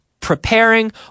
Preparing